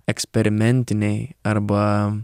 eksperimentiniai arba